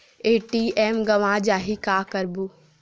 ATM गवां जाहि का करबो?